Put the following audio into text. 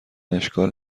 اشکال